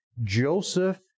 Joseph